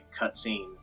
cutscene